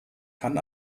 kann